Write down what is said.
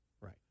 Right